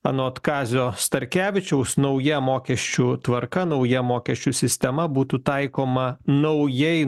anot kazio starkevičiaus nauja mokesčių tvarka nauja mokesčių sistema būtų taikoma naujai